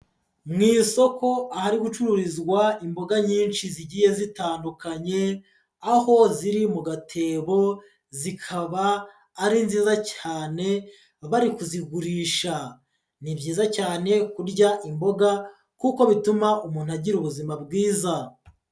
Mu isoko ahari gucururizwa imboga nyinshi zigiye zitandukanye, aho ziri mu gatebo, zikaba ari nziza cyane babari kuzigurisha. Ni byiza cyane kurya imboga kuko bituma umuntu agira ubuzima bwiza.